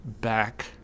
back